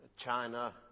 China